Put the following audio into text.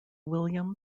william